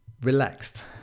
relaxed